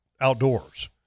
Outdoors